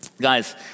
Guys